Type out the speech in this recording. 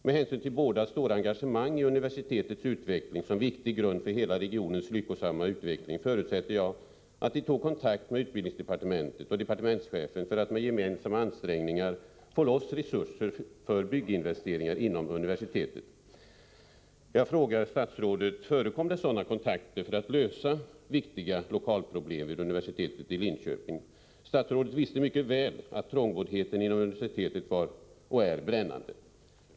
Med hänsyn till bådas stora engagemang i universitetets utveckling som viktig grund för hela regionens lyckosamma utveckling förutsätter jag att de tog kontakt med utbildningsdepartementet och departementschefen för att med gemensamma ansträngningar få loss resurser för bygginvesteringar inom universitetet. Jag frågar statsrådet: Förekom det sådana kontakter för att lösa viktiga lokalproblem vid universitetet i Linköping? Statsrådet visste mycket väl att trångboddheten inom universitetet var och är brännande.